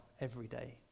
everyday